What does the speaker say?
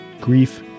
grief